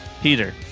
Peter